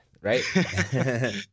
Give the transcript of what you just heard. right